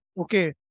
okay